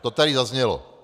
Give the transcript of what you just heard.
To tady zaznělo.